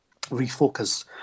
refocus